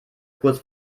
kurz